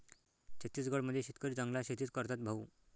छत्तीसगड मध्ये शेतकरी जंगलात शेतीच करतात भाऊ